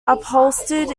upholstered